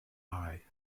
eye